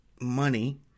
money